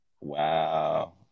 Wow